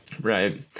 Right